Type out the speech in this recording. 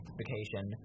vacation